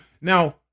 Now